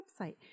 website